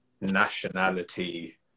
nationality